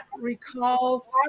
recall